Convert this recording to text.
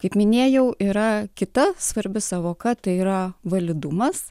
kaip minėjau yra kita svarbi sąvoka tai yra validumas